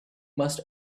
must